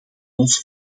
ons